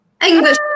English